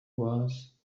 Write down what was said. was